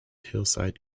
hillside